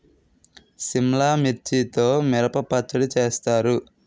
సిమ్లా మిర్చితో మిరప పచ్చడి చేస్తారు